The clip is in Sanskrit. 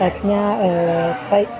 पद्भ्यां प